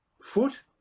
foot